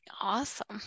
awesome